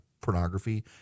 pornography